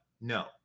no